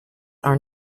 are